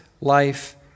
life